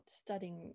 studying